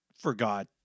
forgot